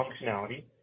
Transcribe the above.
functionality